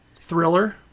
Thriller